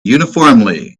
uniformly